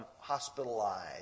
hospitalized